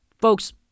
folks